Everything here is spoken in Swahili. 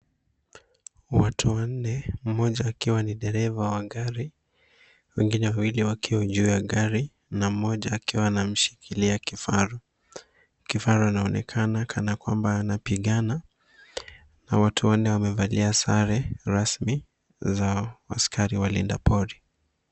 Watu wanne, mmoja akiwa ni dereva wa gari, wengine wawili wakiwa juu ya gari na mmoja akiwa amemshikilia kifaru. Kifaru anaonekana kana kwamba anapigana na watu wanne wamevalia sare rasmi za askari walinda pori.